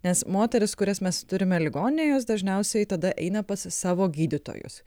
nes moterys kurias mes turime ligoninėje jos dažniausiai tada eina pas savo gydytojus